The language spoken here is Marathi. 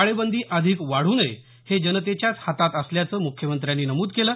टाळेबंदी अधिक वाढू नये हे जनतेच्याच हातात असल्याचं मुख्यमंत्र्यांनी नमूद केलं